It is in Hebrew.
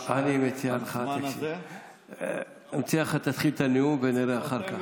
אני מציע שתתחיל את הנאום ונראה אחר כך.